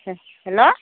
হে হেল্ল'